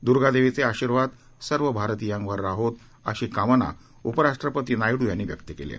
दुर्गादेवीचे आशिर्वाद सर्व भारतीयांवर राहो अशी कामना उपराष्ट्रपती नायडू यांनी व्यक्त केली आहे